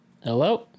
Hello